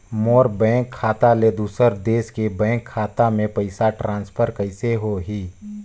मोर bank खाता ले दुसर देश के बैंक खाता मे ट्रांसफर कइसे होही?